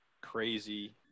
crazy